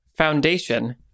foundation